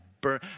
burn